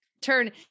turn